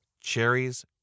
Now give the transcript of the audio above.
cherries